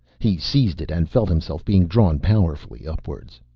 he seized it and felt himself being drawn powerfully upwards.